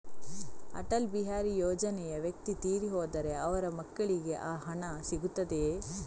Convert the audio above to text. ಅಟಲ್ ಬಿಹಾರಿ ಯೋಜನೆಯ ವ್ಯಕ್ತಿ ತೀರಿ ಹೋದರೆ ಅವರ ಮಕ್ಕಳಿಗೆ ಆ ಹಣ ಸಿಗುತ್ತದೆಯೇ?